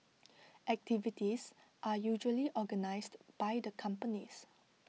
activities are usually organised by the companies